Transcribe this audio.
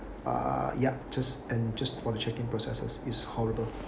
uh ya just and just for the check in processes is horrible